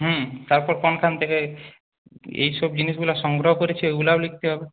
হুম তারপর কোনখান থেকে এই সব জিনিসগুলো সংগ্রহ করেছে ওইগুলোও লিখতে হবে